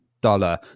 dollar